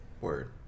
Word